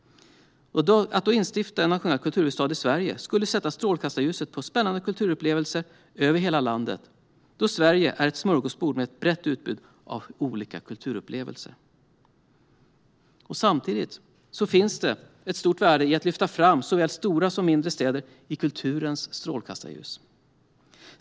Att instifta nationell kulturhuvudstad i Sverige skulle sätta strålkastarljuset på spännande kulturupplevelser över hela landet, eftersom Sverige är ett smörgåsbord med ett brett utbud av olika kulturupplevelser. Samtidigt finns det ett stort värde i att lyfta fram såväl stora som mindre städer i kulturens strålkastarljus.